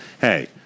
Hey